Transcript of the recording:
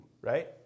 right